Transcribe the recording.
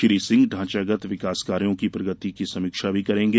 श्री सिंह ढांचागत विकास कार्यों की प्रगति की समीक्षा भी करेंगे